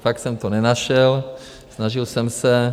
Fakt jsem to nenašel, snažil jsem se.